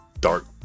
Dark